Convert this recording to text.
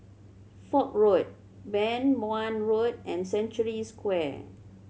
Fort Road Beng Wan Road and Century Square